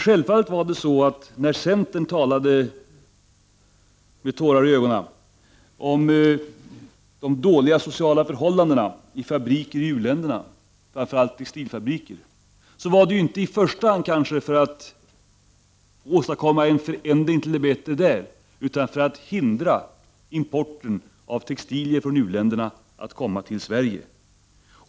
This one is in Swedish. Självfallet är det så att när centern med tårar i ögonen talade om de dåliga sociala förhållandena i fabriker i u-länderna, framför allt textilfabriker, var det inte i första hand för att åstadkomma en förändring till det bättre där utan för att hindra importen av textilier från u-länderna att komma till Sverige.